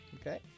Okay